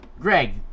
Greg